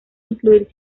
incluir